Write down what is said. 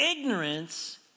ignorance